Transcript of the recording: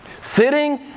Sitting